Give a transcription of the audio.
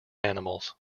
animals